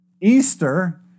Easter